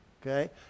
okay